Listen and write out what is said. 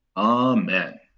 Amen